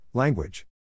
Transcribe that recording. Language